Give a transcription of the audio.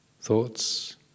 Thoughts